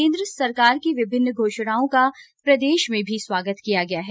केन्द्र सरकार की विभिन्न घोषणाओं का प्रदेश में भी स्वागत किया गया है